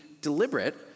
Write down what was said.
deliberate